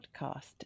Podcast